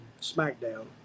SmackDown